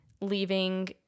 leaving